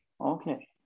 Okay